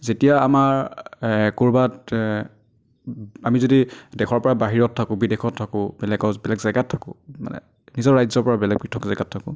যেতিয়া আমাৰ এই ক'ৰবাত আমি যদি দেশৰপৰা বাহিৰত থাকোঁ বিদেশত থাকোঁ বেলেগত বেলেগ জেগাত থাকোঁ মানে নিজৰ ৰাজ্যৰপৰা বেলেগ পৃথক জেগাত থাকোঁ